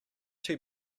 too